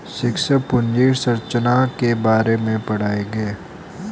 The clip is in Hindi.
शिक्षक पूंजी संरचना के बारे में पढ़ाएंगे